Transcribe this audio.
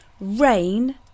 rain